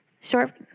Short